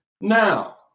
Now